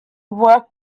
work